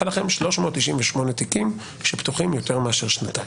היו לכם כ-398 תיקים שפתוחים יותר משנתיים.